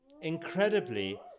Incredibly